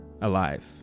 alive